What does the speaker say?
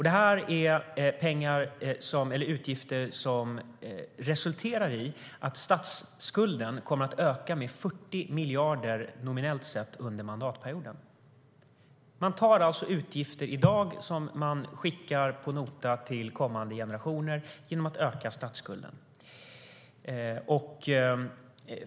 Det är utgifter som resulterar i att statsskulden kommer att öka med 40 miljarder, nominellt sett, under mandatperioden. Man inför i dag utgifter som man skickar på nota till kommande generationer genom att öka statsskulden.